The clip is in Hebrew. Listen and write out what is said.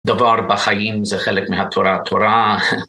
דבר בחיים זה חלק מהתורה התורה.